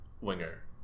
winger